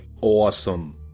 awesome